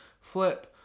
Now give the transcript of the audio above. flip